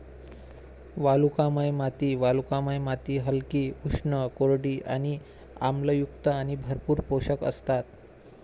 वालुकामय माती वालुकामय माती हलकी, उष्ण, कोरडी आणि आम्लयुक्त आणि भरपूर पोषक असतात